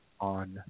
on